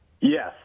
Yes